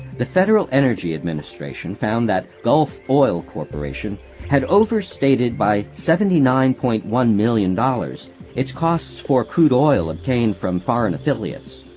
the federal energy administration found that gulf oil corporation had overstated by seventy nine point one million dollars its costs for crude oil obtained from foreign affiliates.